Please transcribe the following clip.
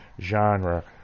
genre